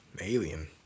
alien